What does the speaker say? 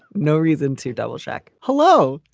no reason to double check. hello.